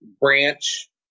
branch